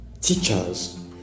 teachers